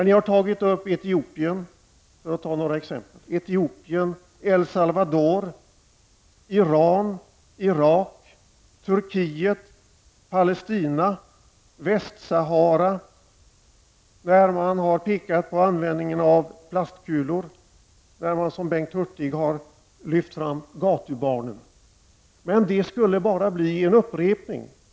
Ni har exempelvis tagit upp Etiopien, El Salvador, Iran, Irak, Turkiet, Palestina, Västsahara, användningen av plastkulor och Bengt Hurtig har lyft fram gatubarnen. Men om jag gjorde på samma sätt skulle det bara bli en upprepning.